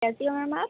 کیسی ہو میم آپ